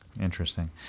Interesting